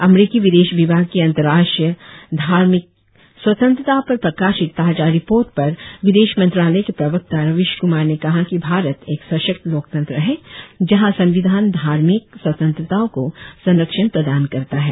अमरीकी विदेश विभाग की अंतर्राष्ट्रीय धार्मिक स्वतंत्रता पर प्रकाशित ताजा रिपोर्ट पर विदेश मंत्रालय के प्रवक्ता रवीश कुमार ने कहा कि भारत एक सशक्त लोकतंत्र है जहां संविधान धार्मिक स्वतंत्रताओ को संरक्षण प्रदान करता है